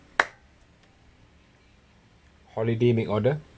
holiday make order